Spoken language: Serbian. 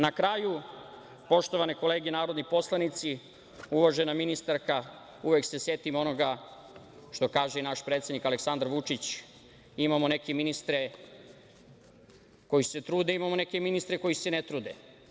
Na kraju, poštovane kolege narodni poslanici, uvažena ministarka, uvek se setim onoga što kaže i naš predsednik Aleksandar Vučić, imamo neke ministre koji se trude, imamo neke ministre koji se ne trude.